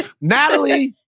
Natalie